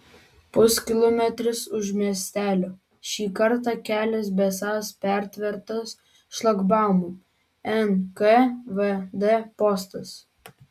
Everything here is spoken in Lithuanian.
puskilometris už miestelio šį kartą kelias besąs pertvertas šlagbaumu nkvd postas